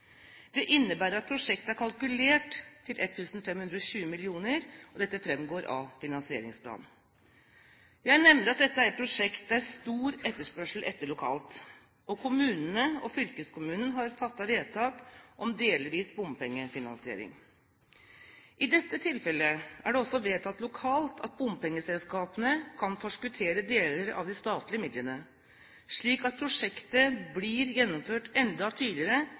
Det innebærer at prosjektet er kalkulert til 1 520 mill. kr. Dette framgår av finansieringsplanen. Jeg nevner at dette er et prosjekt det er stor etterspørsel etter lokalt, og kommunene og fylkeskommunen har fattet vedtak om delvis bompengefinansiering. I dette tilfellet er det også vedtatt lokalt at bompengeselskapene kan forskuttere deler av de statlige midlene, slik at prosjektet blir gjennomført enda tidligere